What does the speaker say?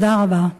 תודה רבה.